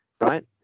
right